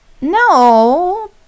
No